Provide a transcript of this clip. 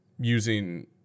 using